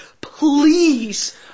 please